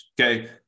Okay